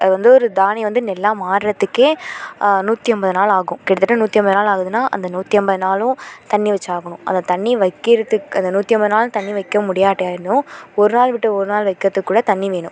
அது வந்து ஒரு தானியம் வந்து நெல்லாக மாறுகிறதுக்கே நூற்றி ஐம்பது நாள் ஆகும் கிட்டத்தட்ட நூற்றி ஐம்பது நாள் ஆகுதுன்னால் அந்த நூற்றி ஐம்பது நாளும் தண்ணி வைச்சாகணும் அந்த தண்ணி வைக்கிறதுக்கு அந்த நூற்றி ஐம்பது நாளும் தண்ணி வைக்க முடியாட்டினாலும் ஒரு நாள் விட்டு ஒரு நாள் வைக்கிறதுக்கூட தண்ணி வேணும்